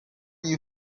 you